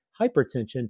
hypertension